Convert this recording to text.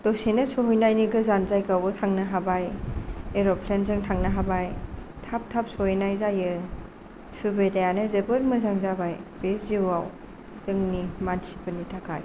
दसेनो सहैनायनि गोजान जायगायावबो थांनो हाबाय एर'प्लेन जों थांनो हाबाय थाब थाब सहैनाय जायो सुबिदायानो जोबोर मोजां जाबाय बे जिउवाव जोंनि मानसिफोरनि थाखाय